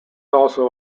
also